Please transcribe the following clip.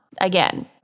Again